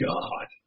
God